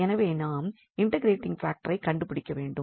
எனவே நாம் இன்டெக்ரேடிங் பாக்டரை கண்டுபிடிக்க வேண்டும்